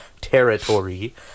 territory